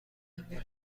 امضا